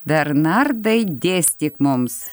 bernardai dėstyk mums